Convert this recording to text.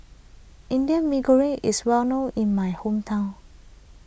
Indian Mee Goreng is well known in my hometown